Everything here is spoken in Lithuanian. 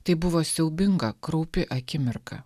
tai buvo siaubinga kraupi akimirka